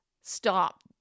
stop